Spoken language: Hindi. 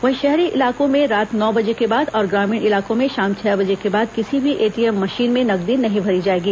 वहीं शहरी इलाकों में रात नौ बजे के बाद और ग्रामीण इलाकों में शाम छह बजे के बाद किसी भी एटीएम मशीन में नकदी नहीं भरी जाएगी